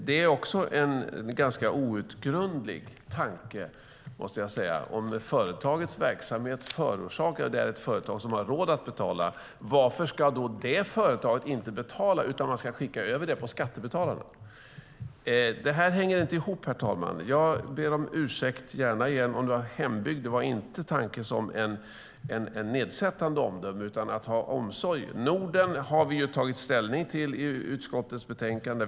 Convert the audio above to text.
Det är en ganska outgrundlig tanke måste jag säga. Om företagets verksamhet förorsakar kostnader och det är ett företag som har råd att betala, varför ska det företaget då inte betala utan notan skickas till skattebetalarna? Det hänger inte ihop, herr talman. Jag ber gärna om ursäkt igen. När jag sade hembygd var det inte avsett som ett nedsättande omdöme utan handlade om omsorg. Norden har vi tagit ställning till i utskottets betänkande.